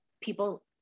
people